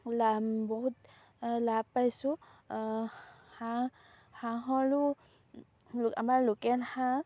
লাভ বহুত লাভ পাইছোঁ হাঁহ হাঁহৰো আমাৰ লোকেল হাঁহ